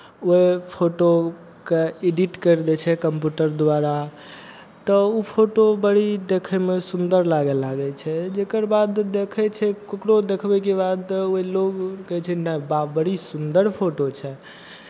ओहि फोटोकेँ एडिट करि दै छै कम्प्यूटर द्वारा तऽ ओ फोटो बड़ी देखयमे सुन्दर लागय लागै छै जकर बाद ओ देखै छै ककरो देखबयके बाद ओ लोक कहै छै ने वाह बड़ी सुन्दर फोटो छै